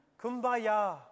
Kumbaya